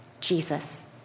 Jesus